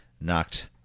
knocked